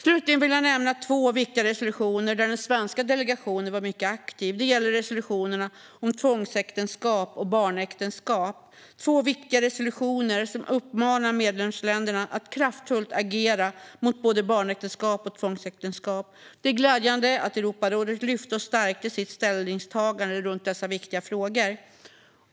Slutligen vill jag nämna två viktiga resolutioner där den svenska delegationen var mycket aktiv. Det gäller resolutionerna som uppmanar medlemsländerna att agera kraftfullt mot barnäktenskap och tvångsäktenskap. Det är glädjande att Europarådet lyfte upp och stärkte sitt ställningstagande runt dessa viktiga frågor.